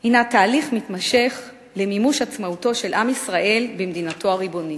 הינה תהליך מתמשך למימוש עצמאותו של עם ישראל במדינתו הריבונית.